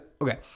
okay